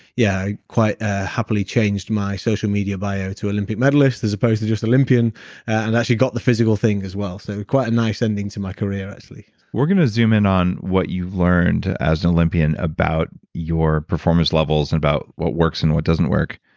yeah, quite happily changed my social media bio to olympic medalist as opposed to just olympian and actually got the physical thing as well. so, quite a nice ending to my career, actually we're going to zoom in on what you've learned as an olympian about your performance levels, and about what works and what doesn't work,